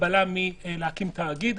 הגבלה מלהקים תאגיד,